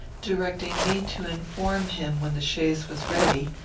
directing me to inform him when the chaise was ready,